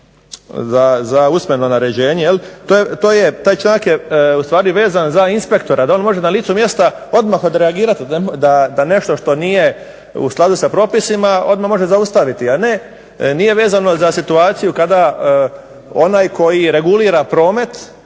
za usmeno naređenje to je, taj članak je ustvari vezan za inspektora, da on može na licu mjesta odmah odreagirati, da nešto što nije u skladu s propisima odmah može zaustaviti, a nije vezano za situaciju da onaj koji regulira promet